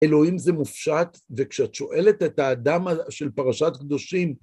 אלוהים זה מופשט, וכשאת שואלת את האדם על... של פרשת קדושים